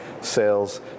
sales